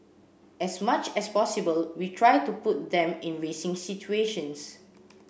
as much as possible we try to put them in racing situations